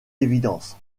évidence